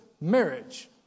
marriage